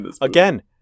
Again